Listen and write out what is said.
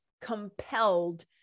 compelled